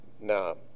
Now